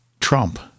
Trump